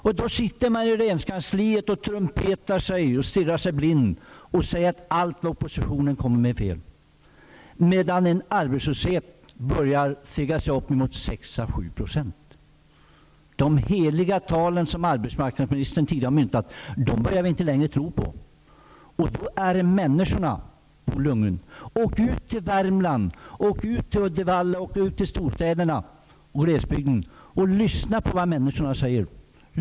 Och så sitter man i regeringskansliet och stirrar sig blind och trumpetar om att allt vad oppositionen kommer med är fel, samtidigt som arbetslösheten segar sig upp mot 6 à 7 %. De heliga tal som arbetsmarknadsministern tidigare talat om har vi snart slutat att tro på. Det drabbar människorna, Bo Lundgren. Åk ut till Värmland, åk ut till Uddevalla, åk ut till storstäderna och åk ut till glesbygden och lyssna på vad människorna säger!